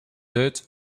duit